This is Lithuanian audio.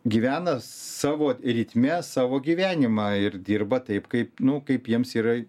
gyvena savo ritme savo gyvenimą ir dirba taip kaip nu kaip jiems yra